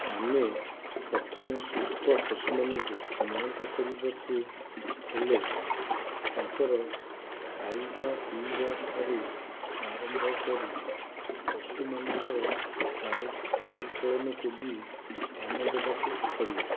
ଆମେ ପ୍ରଥମେ ସୁସ୍ଥ ପଶୁ ମାନଙ୍କୁ ଚିହ୍ନଟ କରିବାକୁ ହେଲେ ତାଙ୍କର ଖାଇବା ପିଇବା ଠାରୁ ଆରମ୍ଭ କରି ପଶୁ ମାନଙ୍କର ଚାଳି ଚାଲିଚଳନକୁ ବି ଧ୍ୟାନ ଦବାକୁ ପଡ଼ିବ